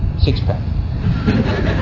six-pack